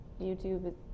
YouTube